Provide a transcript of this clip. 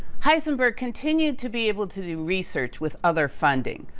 heisenberg continued to be able to do research with other funding,